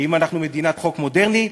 האם אנחנו מדינת חוק מודרנית?